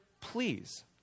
please